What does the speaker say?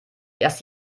erst